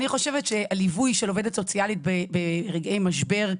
אני חושבת שהליווי של עובדת סוציאלית ברגעי משבר,